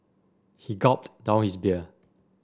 he gulped down his beer